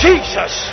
Jesus